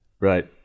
Right